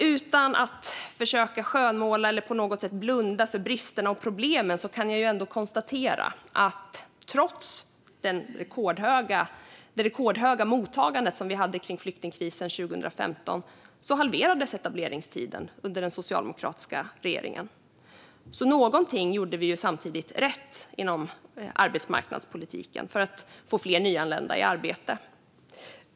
Utan att försöka skönmåla eller på något sätt blunda för bristerna och problemen kan jag konstatera att trots det rekordhöga mottagandet vid flyktingkrisen 2015 halverades etableringstiden under den socialdemokratiska regeringen, så något gjorde vi rätt i arbetsmarknadspolitiken för att få fler nyanlända i arbete.